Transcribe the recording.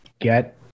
get